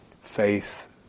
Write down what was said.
faith